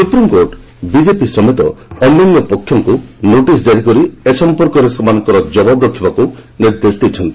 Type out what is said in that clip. supreme court BJP ସମେତ ଅନ୍ୟାନ୍ୟ ପକ୍ଷଙ୍କୁ ନୋଟିସ୍ ଜାରି କରି ଏ ସଂପର୍କରେ ସେମାନଙ୍କର ଜବାବ ରଖିବାକୁ ନିର୍ଦ୍ଦେଶ ଦେଇଛନ୍ତି